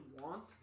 want